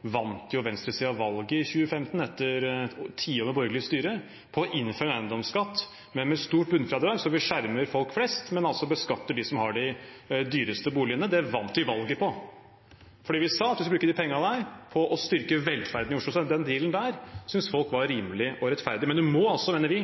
vant venstresiden valget i 2015, etter tiår med borgerlig styre, på å innføre en eiendomsskatt, men med stort bunnfradrag. Så vi skjermer folk flest, men beskatter dem som har de dyreste boligene. Det vant vi valget på fordi vi sa at vi skulle bruke de pengene på å styrke velferden i Oslo. Den dealen syntes folk var rimelig og rettferdig. Men man må altså, mener vi,